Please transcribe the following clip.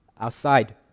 outside